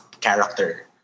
character